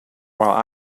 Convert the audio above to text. while